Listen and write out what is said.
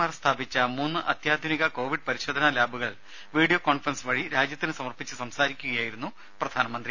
R സ്ഥാപിച്ച മൂന്ന് അത്യാധുനിക കോവിഡ് പരിശോധനാ ലാബുകൾ വീഡിയോ കോൺഫറൻസ് വഴി രാജ്യത്തിന് സമർപ്പിച്ച് സംസാരിക്കുകയായിരുന്നു പ്രധാനമന്ത്രി